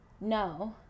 no